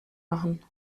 machen